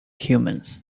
humans